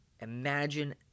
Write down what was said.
Imagine